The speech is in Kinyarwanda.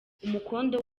umukondo